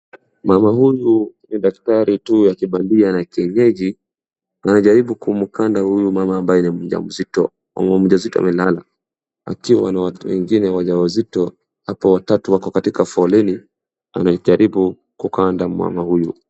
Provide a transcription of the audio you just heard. Mama huyu ni daktari tu wa kibadia na kienyeji na anajaribu kumkanda huyu mama ambaye huyu ni mjamzito, mama mjamzito amelala. Akiwa na watu wengine wajawazito hapo watatu wako katika foleni, anajaribu mama huyu.